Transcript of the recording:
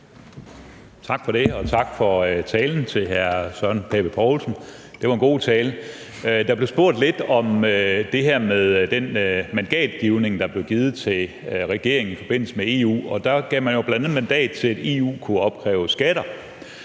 Tak for det, og tak for talen til hr. Søren Pape Poulsen. Det var en god tale. Der blev spurgt lidt om det her med mandatgivningen til regeringen i forbindelse med EU, og da gav man jo bl.a. mandat til, at EU kunne opkræve skatter.